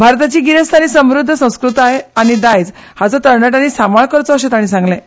भारताची गिरेस्त आनी समृद्ध संस्कृताय आनी दायज हाचो तरणाट्यांनी सांबाळ करचो अशें तांणी सांगलें